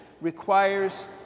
requires